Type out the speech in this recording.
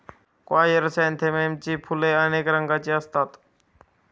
क्रायसॅन्थेममची फुले अनेक रंगांची असतात